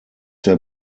der